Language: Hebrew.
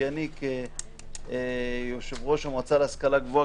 כי אני כיושב-ראש המועצה להשכלה גבוהה,